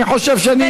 אני חושב שאני,